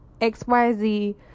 xyz